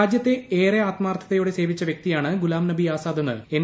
രാജൃത്തെ ഏറെ ആത്മാർത്ഥതയോടെ സേവിച്ച വൃക്തിയാണ് ഗുലാംനബി ആസാദെന്ന് എൻ